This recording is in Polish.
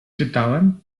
czytałem